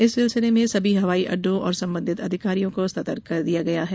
इस सिलसिले में सभी हवाई अड्डो और संबंधित अधिकारियों को सतर्क कर दिया गया है